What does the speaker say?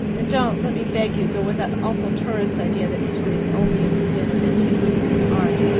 and don't, let me beg you, go with that awful tourist idea that italy's only a museum of antiquities and art.